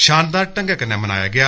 शा नदार ढ़गै कन्नै मनाया गेया